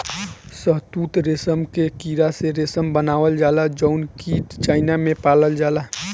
शहतूत रेशम के कीड़ा से रेशम बनावल जाला जउन कीट चाइना में पालल जाला